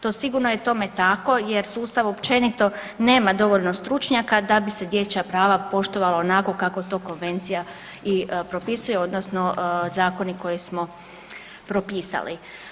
To sigurno je tome tako jer sustav općenito nema dovoljno stručnjaka da bi se dječja prava poštovala onako kako to konvencija i propisuje, odnosno zakoni koje smo propisali.